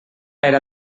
era